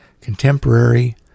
contemporary